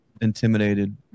intimidated